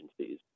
agencies